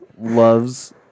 loves